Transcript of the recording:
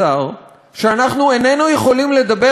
שאנחנו איננו יכולים לדבר על חריגים.